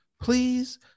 please